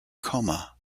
coma